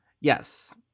Yes